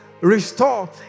restore